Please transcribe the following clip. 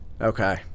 Okay